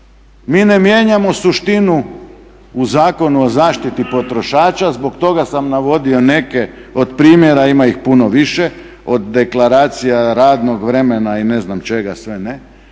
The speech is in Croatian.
Mi ne mijenjamo suštinu u Zakonu o zaštiti potrošača, zbog toga sam navodio neke od primjera, a ima ih puno više od deklaracija, radnog vremena i ne znam čega sve ne,